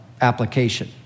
application